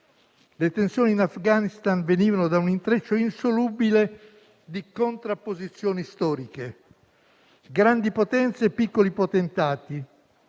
le tensioni in Afghanistan venivano da un intreccio insolubile di contrapposizioni storiche: grandi potenze e piccoli potentati,